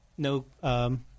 No